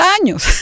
años